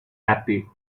happy